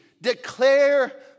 declare